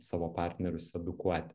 savo partnerius edukuoti